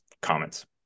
comments